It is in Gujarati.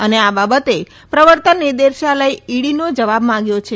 અને આ બાબતે પ્રવર્તન નિદેશાલય ઈડીનો જવાબ માંગ્યો છે